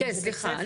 כן, סליחה.